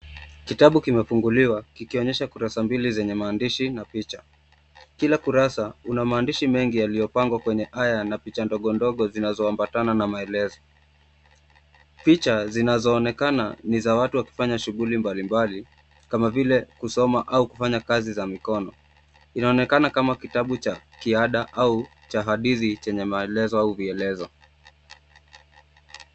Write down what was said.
Kitabu kimefunguliwa kikionyesha kurasa mbili zenye maandishi na picha. Kila kurasa una maandishi mengi yaliyopangwa kwenye aya na picha ndogo ndogo zinazoambatana na maelezo. Picha zinazoonekana ni za watu wakifanya shughuli mbali mbali kama vile kusoma au kufanya kazi za mikono. Inaonekana kama kitabu cha kiada au cha hadithi chenye maelezo au vielezo.